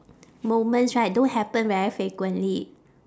moments right don't happen very frequently